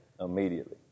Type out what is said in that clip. Immediately